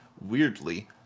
weirdly